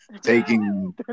Taking